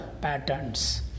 patterns